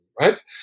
right